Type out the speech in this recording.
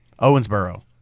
Owensboro